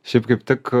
šiaip kaip tik